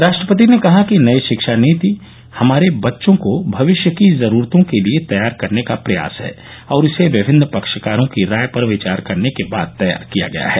राष्ट्रपति ने कहा कि नई शिक्षा नीति हमारे बच्चों को भविष्य की जरूरतों के लिए तैयार करने का प्रयास है और इसे विभिन्न पक्षकारों की राय पर विचार करने के बाद तैयार किया गया है